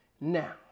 Now